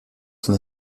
son